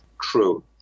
true